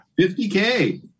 50K